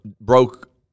broke